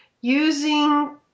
using